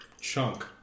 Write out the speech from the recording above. chunk